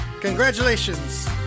Congratulations